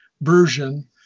version